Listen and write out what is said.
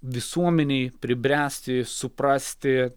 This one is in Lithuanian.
visuomenei pribręsti suprasti